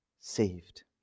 saved